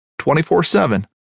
24-7